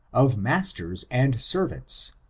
of masters and servants,